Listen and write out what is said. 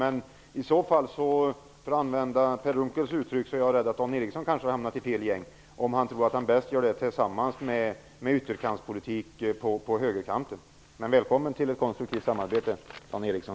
Men jag är, för att använda Per Unckels uttryck, i så fall rädd att Dan Ericsson har hamnat i fel gäng om han tror att han bäst gör detta med ytterkantspolitik på högerkanten. Men välkommen till ett konstruktivt samarbete, Dan Ericsson!